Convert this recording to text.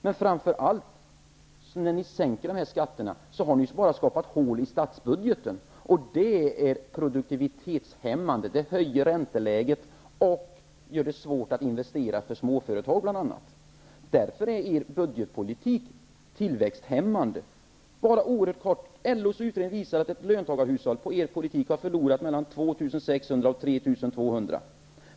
Men när ni sänker skatterna skapar ni bara hål i statsbudgeten, och det är produktivitetshämmande, det höjer ränteläget och gör det svårt för bl.a. småföretag att investera. Därför är er budgetpolitik tillväxthämmande. LO:s utredning visar att ett löntagarhushåll genom er politik har förlorat mellan 2 600 och 3 200 kr.